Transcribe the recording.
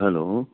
hello